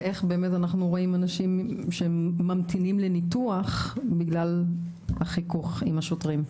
ואיך אנחנו רואים אנשים שממתינים לניתוח בגלל החיכוך עם השוטרים.